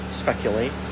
speculate